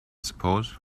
suppose